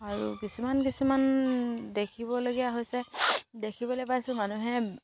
আৰু কিছুমান কিছুমান দেখিবলগীয়া হৈছে দেখিবলৈ পাইছোঁ মানুহে